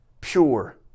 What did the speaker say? pure